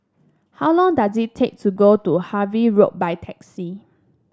how long does it take to get to Harvey Road by taxi